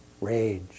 rage